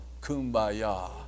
Kumbaya